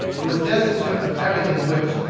it was destitute of everything which,